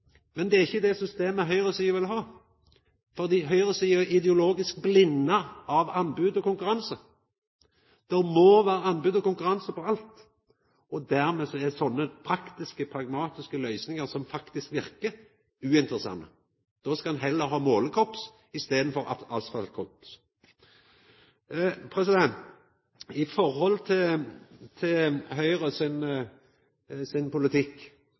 Men det er ikkje det systemet høgresida vil ha, for høgresida er ideologisk blinda av anbod og konkurranse. Det må vera anbod og konkurranse på alt, og dermed er slike praktiske, pragmatiske løysingar som faktisk verkar, uinteressante. Då skal ein heller ha eit målekorps, i staden for eit asfaltkorps. I forhold til Høgre sin politikk